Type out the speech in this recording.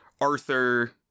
Arthur